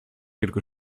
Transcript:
quelque